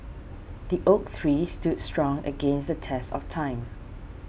the oak tree stood strong against the test of time